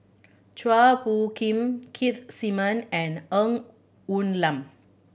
Chua Phung Kim Keith Simmon and Ng Woon Lam